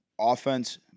Offense